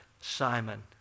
Simon